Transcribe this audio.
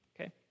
Okay